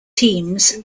teams